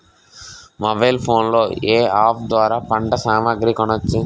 Mobile phone లో ఏ app ద్వారా పంట సామాగ్రి కొనచ్చు?